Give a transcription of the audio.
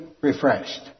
refreshed